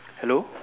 hello